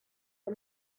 the